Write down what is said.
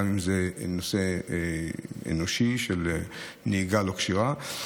גם אם זה נושא אנושי של נהיגה לא כשירה,